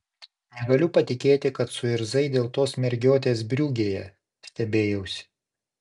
negaliu patikėti kad suirzai dėl tos mergiotės briugėje stebėjausi